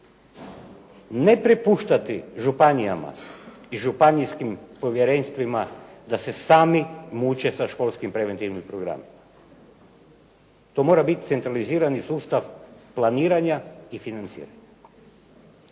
Ne prepuštati županijama i županijskim povjerenstvima da se sami muče sa preventivnim školskim programom, to mora biti centralizirani sustav planiranja i financiranja.